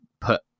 put